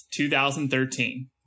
2013